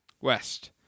West